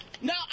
No